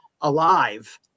alive